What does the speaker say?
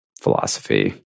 philosophy